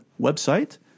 website